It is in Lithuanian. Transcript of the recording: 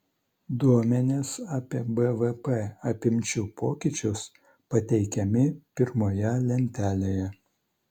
duomenys apie bvp apimčių pokyčius pateikiami pirmoje lentelėje